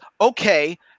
okay